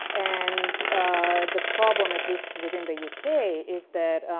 and the problem at least within the u k. is that